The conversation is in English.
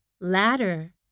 ladder